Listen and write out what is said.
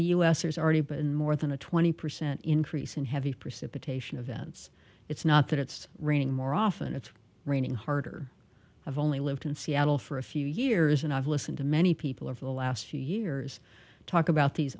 the u s there's already been more than a twenty percent increase in heavy precipitation events it's not that it's raining more often it's raining harder i've only lived in seattle for a few years and i've listened to many people of the last few years talk about these